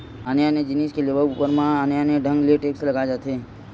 आने आने जिनिस के लेवब ऊपर म आने आने ढंग ले टेक्स लगाए जाथे